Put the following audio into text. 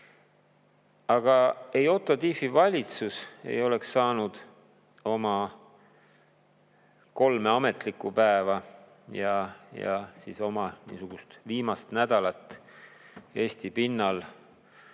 Aga Otto Tiefi valitsus ei oleks saanud oma kolme ametlikku päeva ja oma viimasel nädalal Eesti pinnal